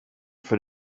für